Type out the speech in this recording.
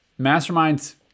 masterminds